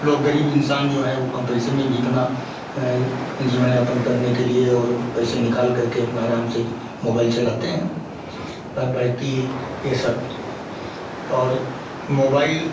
लोग गरीब इंसान जो हैं वह कम पैसे में भी अपना जीवन यापन करने के लिए और पैसे निकाल करके आपना आराम से मोबाइल चलाते हैं तब कि यह सब और मोबाइल